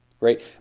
right